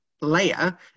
layer